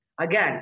again